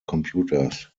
computers